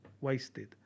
wasted